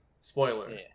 Spoiler